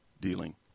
dealing